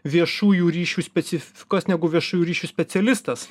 viešųjų ryšių specifikos negu viešųjų ryšių specialistas